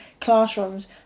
classrooms